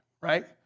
right